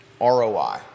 ROI